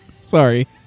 Sorry